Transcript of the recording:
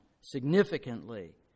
significantly